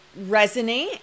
resonate